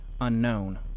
unknown